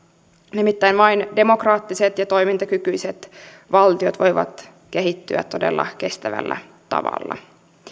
nimittäin vain demokraattiset ja toimintakykyiset valtiot voivat kehittyä todella kestävällä tavalla